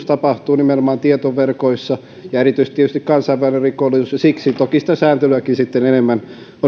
tapahtuu nimenomaan tietoverkoissa erityisesti tietysti kansainvälinen rikollisuus ja siksi toki sitä sääntelyäkin